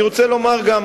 אני רוצה לומר גם,